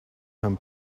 him